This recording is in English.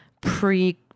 pre